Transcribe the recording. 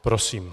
Prosím.